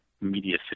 media